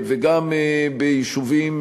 וגם ביישובים